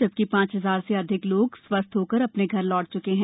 जबकि पांच हजार से अधिक लोग स्वस्थ होकर अपने घर लौट चुके हैं